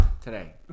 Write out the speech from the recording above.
today